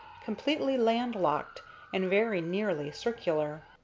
completely land-locked and very nearly circular.